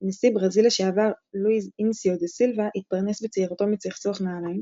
נשיא ברזיל לשעבר לואיז אינסיו דה סילבה התפרנס בצעירותו מצחצוח נעליים,